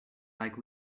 like